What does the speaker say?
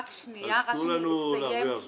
אז תנו לנו להרוויח זמן.